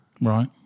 Right